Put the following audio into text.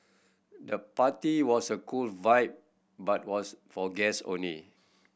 the party was a cool vibe but was for guests only